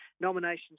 nominations